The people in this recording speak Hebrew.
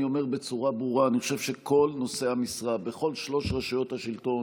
אני אומר בצורה ברורה: אני חושב שכל נושאי המשרה בכל שלוש רשויות השלטון